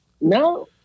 no